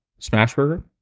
Smashburger